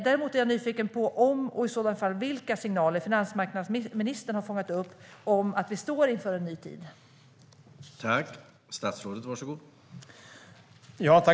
Däremot är jag nyfiken på om finansmarknadsministern har fångat upp några signaler om att vi står inför en ny tid och i sådana fall vilka.